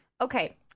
Okay